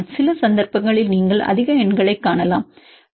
சில சந்தர்ப்பங்களில் நீங்கள் அதிக எண்களைக் காணலாம் 0